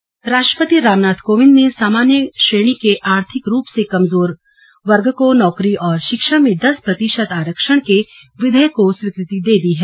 आरक्षण स्वीकृति राष्ट्रपति रामनाथ कोविन्द ने सामान्य श्रेणी के आर्थिक रूप से कमजोर वर्ग को नौकरी और शिक्षा में दस प्रतिशत आरक्षण के विधेयक को स्वीकृति दे दी है